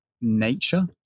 nature